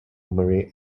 marine